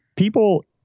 People